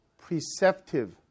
preceptive